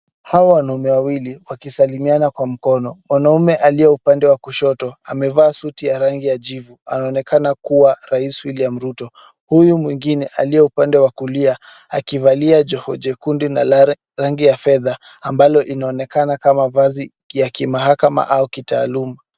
Hawa wanaume wawili wakisalimiana kwa mkono. Mwanaume aliye upande wa kushoto amevaa suti ya rangi ya jivu. Anaonekana kuwa raisi William Ruto. Huyu mwingine aliye upande wa kulia akivalia joho jekundu na lare ya rangi ya fedha ambalo inaoneka vazi ya kimahakama au kitaalum.